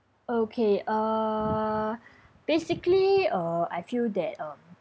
okay err basically uh I feel that um